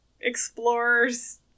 explorer's